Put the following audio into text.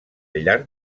llarg